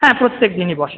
হ্যাঁ প্রত্যেক দিনই বসে